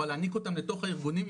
אבל להעניק אותה לתוך הארגונים,